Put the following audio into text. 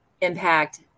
impact